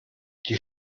die